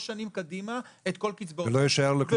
שנים קדימה את כל הקצבאות ולא יישאר לו כלום.